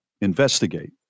investigate